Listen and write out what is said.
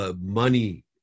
money